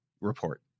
report